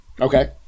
Okay